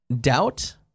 Doubt